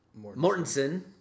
mortensen